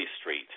Street